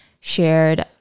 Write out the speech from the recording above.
shared